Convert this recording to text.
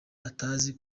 atazi